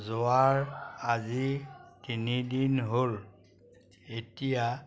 যোৱাৰ আজি তিনিদিন হ'ল এতিয়া